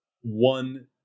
one